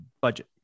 budget